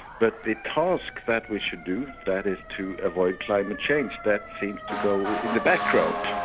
but the task that we should do, that is to avoid climate change, that seems to go in the background.